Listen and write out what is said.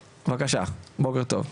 בבקשה, בוקר טוב.